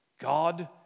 God